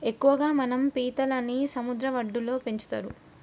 ఎక్కువగా మనం పీతలని సముద్ర వడ్డులో పెంచుతరు